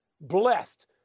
blessed